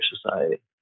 society